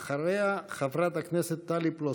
אחריה, חברת הכנסת טלי פלוסקוב.